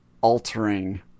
altering